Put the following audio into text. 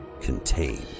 Contain